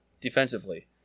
defensively